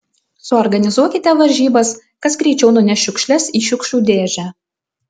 suorganizuokite varžybas kas greičiau nuneš šiukšles į šiukšlių dėžę